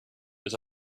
but